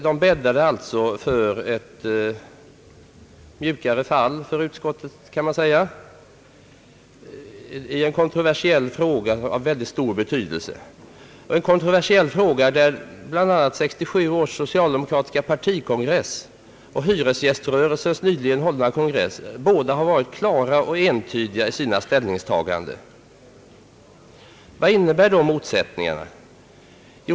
Man kan alltså säga att de bäddade för ett mjukare fall för utskottet i en kontroversiell fråga av mycket stor betydelse, en kontroversiell fråga i vilken bl.a. 1967 års socialdemokratiska partikongress och hyresgäströrelsens nyligen hållna kongress båda har varit klara och entydiga i sina ställningstaganden. Vad innebär då motsättningarna?